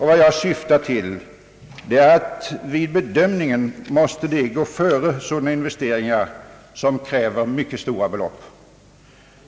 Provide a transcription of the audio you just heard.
Vad jag syftar till är att den kategorin vid bedömningen måste gå före sådana investeringar som kräver mycket stora belopp.